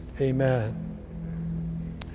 amen